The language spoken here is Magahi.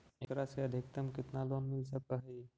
एकरा से अधिकतम केतना लोन मिल सक हइ?